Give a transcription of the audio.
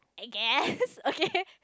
I guess okay